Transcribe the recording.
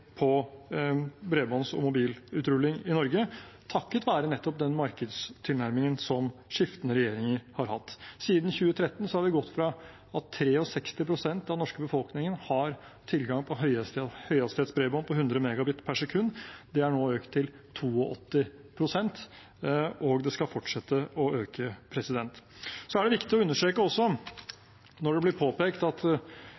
på bredbånds- og mobilutrulling i Norge, takket være nettopp den markedstilnærmingen som skiftende regjeringer har hatt. Siden 2013 har vi gått fra at 63 pst. av den norske befolkningen hadde tilgang på høyhastighetsbredbånd på 100 Mbit/s, til at det nå er økt til 82 pst. – og det skal fortsette å øke. Så er det også viktig å understreke,